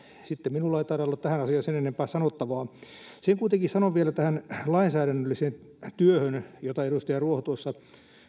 sitten minulla ei taida olla tähän asiaan sen enempää sanottavaa sen kuitenkin sanon vielä tähän lainsäädännölliseen työhön jota edustaja ruoho tuossa